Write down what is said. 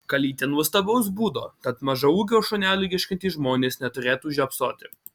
kalytė nuostabaus būdo tad mažaūgio šunelio ieškantys žmonės neturėtų žiopsoti